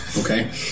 okay